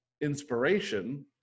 inspiration